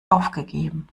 aufgegeben